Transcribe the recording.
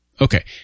Okay